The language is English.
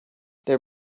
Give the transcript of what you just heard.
there